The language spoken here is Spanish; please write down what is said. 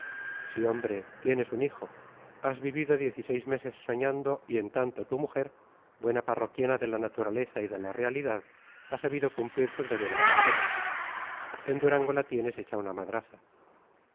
sí hombre tienes un hijo has vivido diez y seis meses soñando y en tanto tu mujer buena parroquiana de la naturaleza y de la realidad ha sabido cumplir sus deberes de esposa en durango la tienes hecha una madraza